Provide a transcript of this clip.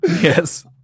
Yes